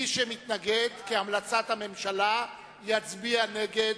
מי שמתנגד כהמלצת הממשלה, יצביע נגד.